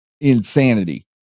insanity